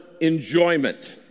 enjoyment